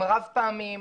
הם רב פעמיים,